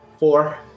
Four